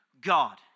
God